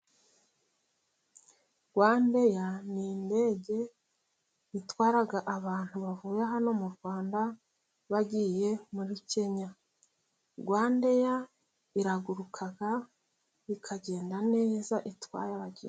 Rwandair ni indege yatwara abantu bavuye hano mu Rwanda ,bagiye muri Kenya. Rwandair irahaguruka ,ikagenda neza itwaye abagenzi.